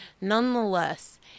nonetheless